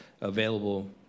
available